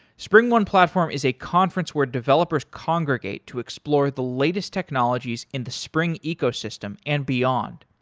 springone platform is a conference where developers congregate to explore the latest technologies in the spring ecosystem and beyond.